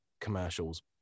commercials